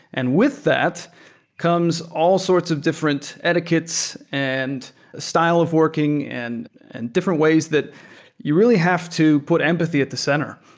and with that comes all sorts of different etiquettes and style of working and and different ways that you really have to put empathy at the center.